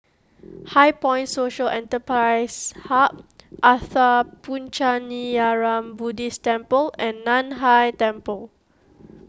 HighPoint Social Enterprise Hub Sattha Puchaniyaram Buddhist Temple and Nan Hai Temple